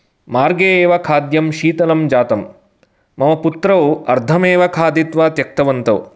मार्गे एव खाद्यं शीतलं जातं मम पुत्रौ अर्द्धमेव खादित्वा त्यक्तवन्तौ